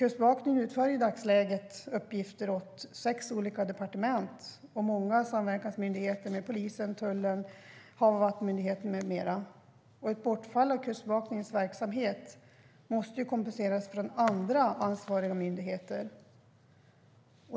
Kustbevakningen utför i dagsläget uppgifter åt sex departement och många samverkansmyndigheter, polisen, tullen, Havs och vattenmyndigheten med flera. Ett bortfall av Kustbevakningens verksamhet måste kompenseras av andra ansvariga myndigheter.